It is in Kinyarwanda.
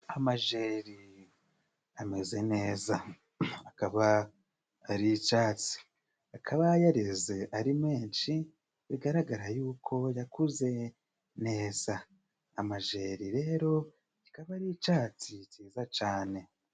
Amajeri ameze neza akaba ari icyatsi， akaba yareze ari menshi，bigaragara yuko yakuze neza，amajeri rero akaba ari icatsi ciza cane.